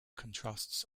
contrasts